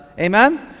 amen